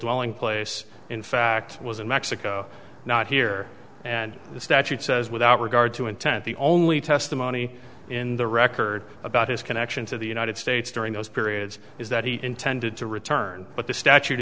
dwelling place in fact was in mexico not here and the statute says without regard to intent the only testimony in the record about his connection to the united states during those periods is that he intended to return but the statute